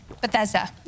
Bethesda